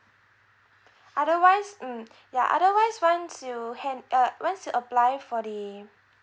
otherwise mm ya otherwise once you hand uh once you apply for the